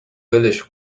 ولش